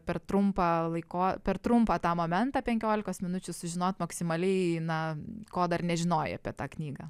per trumpą laiko per trumpą tą momentą penkiolikos minučių sužinot maksimaliai na ko dar nežinojai apie tą knygą